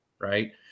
Right